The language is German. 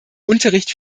unterricht